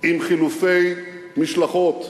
עם חילופי משלחות,